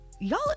Y'all